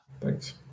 Thanks